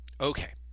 Okay